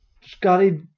Scotty